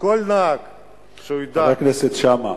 שכל נהג ידע, חבר הכנסת שאמה.